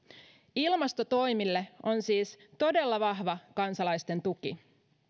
ilmastotoimille on siis todella vahva kansalaisten tuki